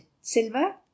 silver